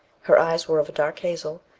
her eyes were of a dark hazel,